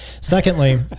Secondly